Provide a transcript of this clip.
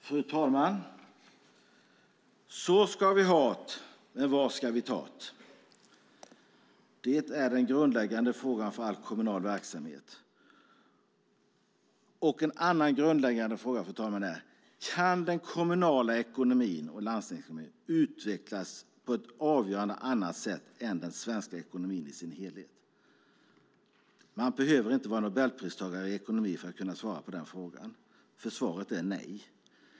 Fru talman! Så ska vi ha't! Men var ska vi ta't? Det är den grundläggande frågan för all kommunal verksamhet. En annan grundläggande fråga är: Kan den kommunala ekonomin och landstingsekonomin utvecklas på ett avgörande annat sätt än den svenska ekonomin i dess helhet? Man behöver inte vara Nobelpristagare i ekonomi för att kunna svara på den frågan, för svaret är nej.